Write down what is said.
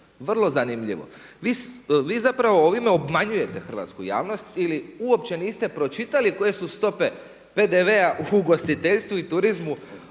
Vrlo zanimljivo. Vi zapravo ovime obmanjujete hrvatsku javnost ili uopće niste pročitali koje su stope PDV-a u ugostiteljstvu i turizmu